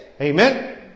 Amen